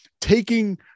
taking